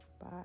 Bye